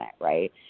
right